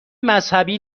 مذهبی